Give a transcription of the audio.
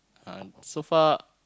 uh so far